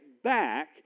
back